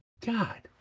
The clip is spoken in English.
God